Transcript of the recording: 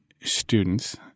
students